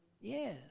Yes